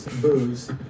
booze